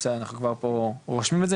אנחנו רושמים את זה,